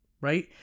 right